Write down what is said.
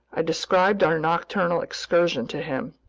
i described our nocturnal excursion to him,